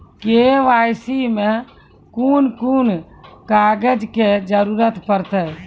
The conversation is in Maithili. के.वाई.सी मे कून कून कागजक जरूरत परतै?